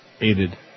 Aided